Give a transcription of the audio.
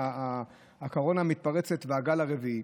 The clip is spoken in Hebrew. הקורונה המתפרצת והגל הרביעי,